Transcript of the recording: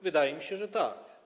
Wydaje mi się, że tak.